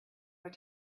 were